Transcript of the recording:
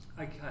okay